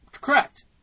Correct